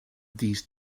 these